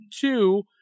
Two